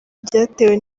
byatewe